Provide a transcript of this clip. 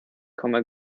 komme